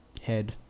head